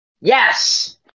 Yes